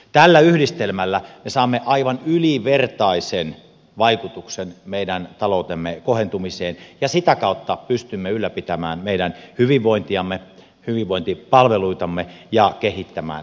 tällä yhdistelmällä me saamme aivan ylivertaisen vaikutuksen meidän taloutemme kohentumiseen ja sitä kautta pystymme ylläpitämään meidän hyvinvointiamme hyvinvointipalveluitamme ja kehittämään tätä maata